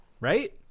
right